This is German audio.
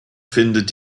findet